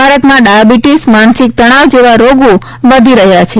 ભારતમાં ડાયાબીટીસ માનસિક તણાવ જેવા રોગો ભારતમાં વધી રહ્યા છે